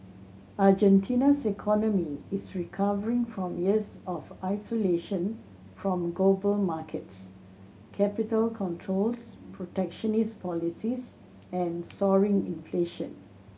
Argentina's economy is recovering from years of isolation from global markets capital controls protectionist policies and soaring inflation